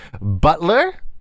Butler